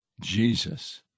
Jesus